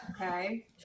Okay